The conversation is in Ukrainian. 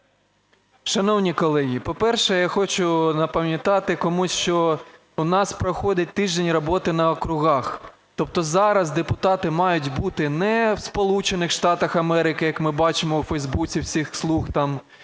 Шановні колеги, по-перше, я хочу напам'ятати комусь, що в нас проходить тиждень роботи на округах, тобто зараз депутати мають бути не в Сполучених Штатах Америки, як ми бачимо в фейсбуці всіх "слуг" там,